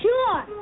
Sure